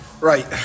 Right